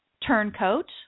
turncoat